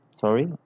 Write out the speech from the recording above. Sorry